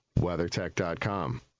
WeatherTech.com